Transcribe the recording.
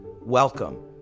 welcome